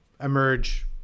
emerge